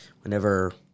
whenever –